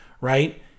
Right